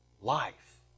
life